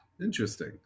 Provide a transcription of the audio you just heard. interesting